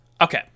Okay